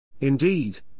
Indeed